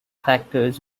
factors